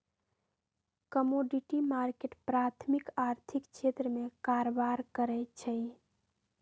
commodity market प्राथमिक आर्थिक क्षेत्र में कारबार करै छइ